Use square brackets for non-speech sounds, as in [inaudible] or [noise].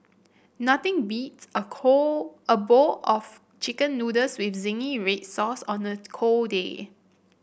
nothing beats a [unintelligible] a bowl of chicken noodles with zingy red sauce on a cold day